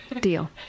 deal